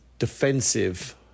defensive